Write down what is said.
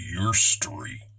your-story